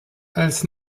als